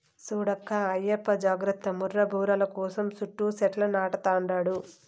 చూడక్కా ఆయప్ప జాగర్త ముర్రా బర్రెల కోసం సుట్టూ సెట్లు నాటతండాడు